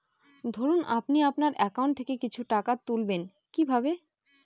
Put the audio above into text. ধরুন আপনি আপনার একাউন্ট থেকে কিছু টাকা তুলবেন কিভাবে?